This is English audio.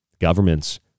governments